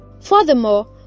Furthermore